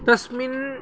तस्मिन्